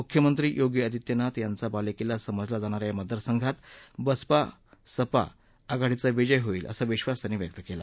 मुख्यमंत्री योगी आदित्यनाथ यांचा बालेकिल्ला समजला जाणा या या मतदार संघात सपा बसपा आघाडीचा विजय होईल असा विश्वास त्यांनी व्यक्त केला